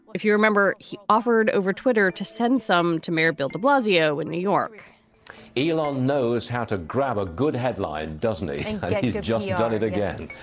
if you remember, he offered over twitter to send some to mayor bill de blasio in new york elong knows how to grab a good headline, doesn't he? he's just done it again.